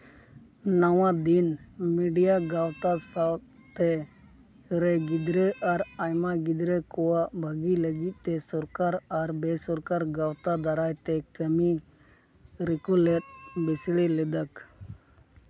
ᱱᱚᱣᱟ ᱫᱤᱱ ᱢᱤᱰᱤᱭᱟ ᱜᱟᱶᱛᱟ ᱥᱟᱶᱛᱮ ᱜᱤᱫᱽᱨᱟᱹ ᱟᱨ ᱟᱭᱢᱟ ᱜᱤᱫᱽᱨᱟᱹ ᱠᱚᱣᱟᱜ ᱵᱷᱟᱹᱜᱤ ᱞᱟᱹᱜᱤᱫ ᱛᱮ ᱥᱚᱨᱠᱟᱨ ᱟᱨ ᱵᱮᱥᱚᱨᱠᱟᱨ ᱜᱟᱶᱛᱟ ᱫᱟᱨᱟᱭ ᱛᱮ ᱠᱟᱹᱢᱤ ᱨᱮᱠ ᱞᱮᱫ ᱵᱤᱥᱲᱤ ᱞᱮᱫᱟ